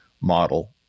model